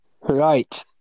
Right